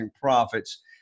profits